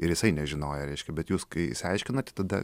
ir jisai nežinojo reiškia bet jūs kai išsiaiškinat tada